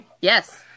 Yes